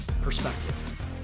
perspective